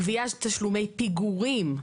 גביית תשלומי פיגורים,